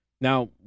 Now